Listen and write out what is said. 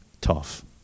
tough